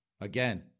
Again